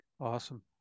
awesome